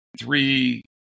three